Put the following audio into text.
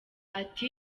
ati